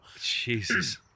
Jesus